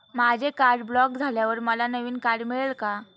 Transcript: माझे card block झाल्यावर मला नवीन कार्ड मिळेल का?